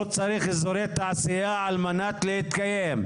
הוא צריך אזורי תעשייה על מנת להתקיים,